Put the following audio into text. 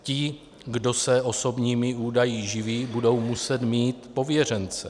Ti, kdo se osobními údaji živí, budou muset mít pověřence.